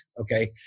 Okay